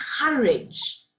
courage